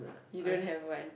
you don't have one